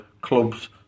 clubs